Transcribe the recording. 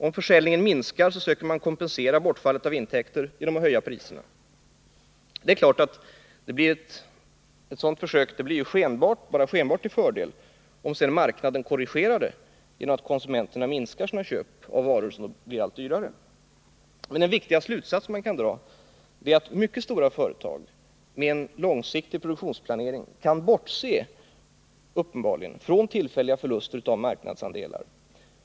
Om försäljningen minskar söker man kompensera bortfallet av intäkter genom att höja priserna. Det är klart att sådana försök bara skenbart blir till fördel om marknaden korrigerar dem genom att konsumenterna minskar sina köp av varor som blir allt dyrare. Den viktiga slutsats man kan dra är att mycket stora företag med en långsiktig produktionsplanering uppenbarligen kan bortse från tillfälliga förluster av marknadsandelar.